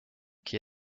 qui